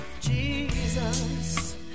Jesus